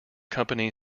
company